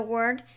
Word